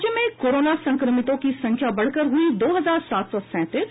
राज्य में कोरोना संक्रमितों की संख्या बढ़कर हुई दो हजार सात सौ सैंतीस